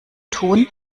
tun